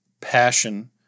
Passion